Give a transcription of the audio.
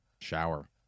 shower